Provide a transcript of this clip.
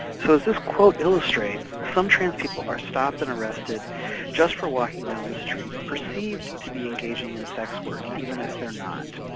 so as this quote illustrates, some trans people are stopped and arrested just for walking down the street, perceived to be engaging in sex work even if they're not.